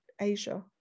Asia